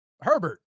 Herbert